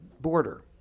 border